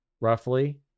roughly